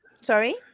Sorry